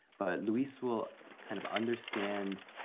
but luis will kind of understand